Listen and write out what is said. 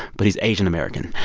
but he's asian-american.